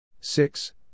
six